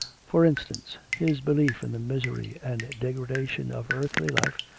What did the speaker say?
for instance, his belief in the misery and degradation of earthly life,